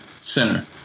center